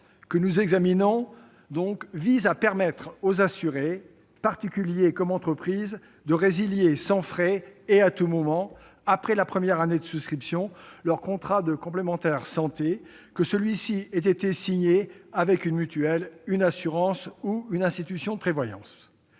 de loi initiale vise à permettre aux assurés, particuliers comme entreprises, de résilier sans frais et à tout moment, après la première année de souscription, leur contrat de complémentaire santé, que celui-ci ait été signé avec une mutuelle, une assurance ou une institution de prévoyance.